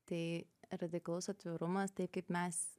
tai radikalus atvirumas taip kaip mes